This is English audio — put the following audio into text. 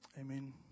Amen